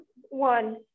one